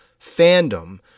fandom